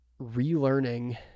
relearning